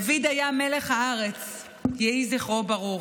דוד היה מלח הארץ, יהי זכרו ברוך.